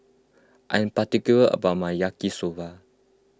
I am particular about my Yaki Soba